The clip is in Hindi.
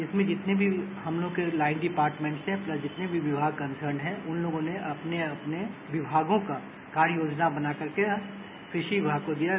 इसमें जितनी भी हमलोगें के डिपार्टमेंट या जितने भी विमाग कसर्ट हैं उन लोगों ने अपने अपने विमागों का कार्य योजना बनाकर के कृषि विमाग को दिया है